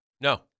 No